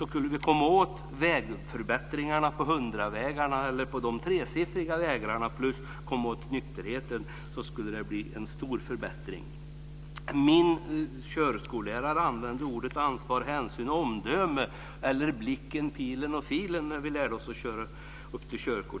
Om vi kunde komma åt vägförbättringarna på 100-vägarna och nykterheten skulle det bli en stor förbättring. Min körskollärare använde orden ansvar, hänsyn och omdöme eller blicken, pilen och filen när vi lärde oss att köra.